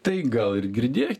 tai gal ir girdė